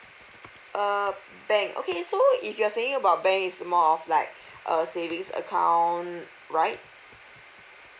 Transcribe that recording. uh bank okay so if you're saying about bank is more of like a savings account right